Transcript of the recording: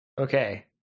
Okay